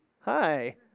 Hi